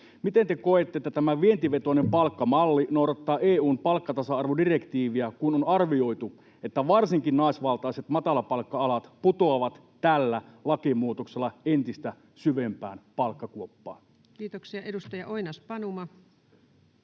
miten te koette, että tämä vientivetoinen palkkamalli noudattaa EU:n palkkatasa-arvodirektiiviä, kun on arvioitu, että varsinkin naisvaltaiset matalapalkka-alat putoavat tällä lakimuutoksella entistä syvempään palkkakuoppaan? [Speech 15] Speaker: